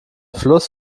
fluss